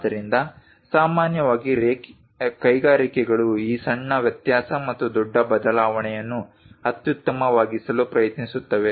ಆದ್ದರಿಂದ ಸಾಮಾನ್ಯವಾಗಿ ಕೈಗಾರಿಕೆಗಳು ಈ ಸಣ್ಣ ವ್ಯತ್ಯಾಸ ಮತ್ತು ದೊಡ್ಡ ಬದಲಾವಣೆಯನ್ನು ಅತ್ಯುತ್ತಮವಾಗಿಸಲು ಪ್ರಯತ್ನಿಸುತ್ತವೆ